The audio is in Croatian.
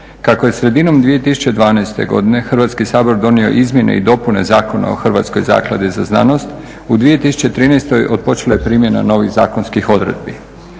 Kako je sredinom 2012. godine Hrvatski sabor donio Izmjene i dopune Zakona o Hrvatskoj zakladi za znanost, u 2013. otpočela je primjena novih zakonskih odredbi.